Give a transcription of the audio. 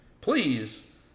Please